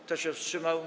Kto się wstrzymał?